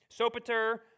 Sopater